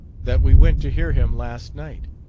that we went to hear him last night!